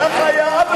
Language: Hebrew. ככה היה אבא שלך.